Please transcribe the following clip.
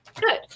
Good